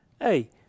Hey